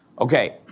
Okay